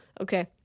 Okay